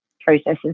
processes